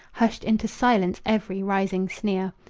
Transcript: hushed into silence every rising sneer.